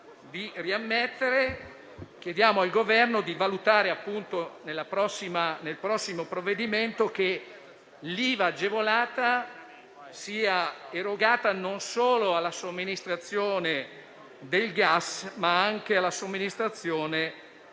chiediamo al Governo di valutare nel prossimo provvedimento che l'IVA agevolata sia erogata non solo alla somministrazione del gas, ma anche a quella